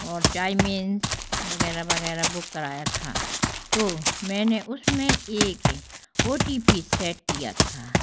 और चायमिन्स वगैरह वगैरह बुक कराया था तो मैंने उसमें एक ओ टी पी सेट किया था